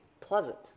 pleasant